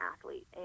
athlete